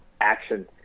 action